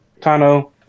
Tano